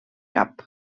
cap